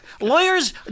Lawyers